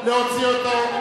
נא להוציא אותו.